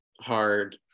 Hard